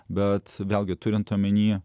bet vėlgi turint omenyje